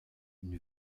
une